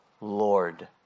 Lord